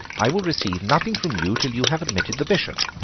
i will receive nothing from you till you have admitted the bishop.